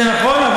זה נכון,